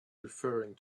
referring